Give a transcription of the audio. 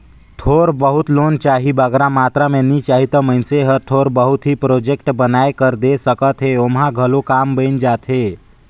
थोर बहुत लोन चाही बगरा मातरा में नी चाही ता मइनसे हर थोर बहुत ही प्रोजेक्ट बनाए कर दे सकत हे ओम्हां घलो काम बइन जाथे